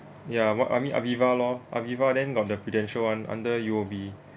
ya what I mean Aviva loh Aviva then got the Prudential [one] under U_O_B